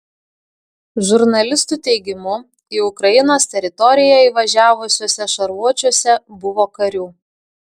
žurnalistų teigimu į ukrainos teritoriją įvažiavusiuose šarvuočiuose buvo karių